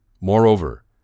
Moreover